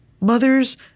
Mothers